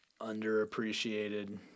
underappreciated